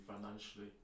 financially